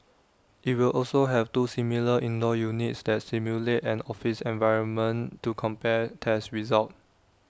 IT will also have two similar indoor units that simulate an office environment to compare tests results